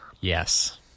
Yes